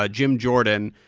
ah jim jordan,